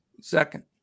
Second